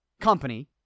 company